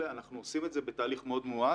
אנחנו עושים את זה בתהליך מאוד מואץ.